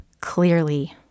clearly